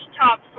top